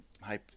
high